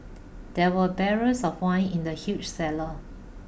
there were barrels of wine in the huge cellar